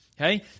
Okay